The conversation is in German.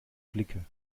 blicke